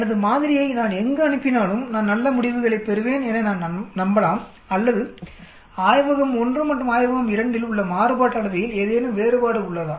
எனது மாதிரியை நான் எங்கு அனுப்பினாலும் நான் நல்ல முடிவுகளைப் பெறுவேன் என நான் நம்பலாம் அல்லது ஆய்வகம் 1 மற்றும் ஆய்வகம் 2 இல் உள்ள மாறுபாட்டு அளவையில் ஏதேனும் வேறுபாடு உள்ளதா